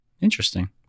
Interesting